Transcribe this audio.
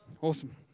Awesome